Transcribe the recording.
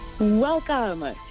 Welcome